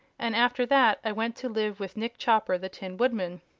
and after that i went to live with nick chopper, the tin woodman.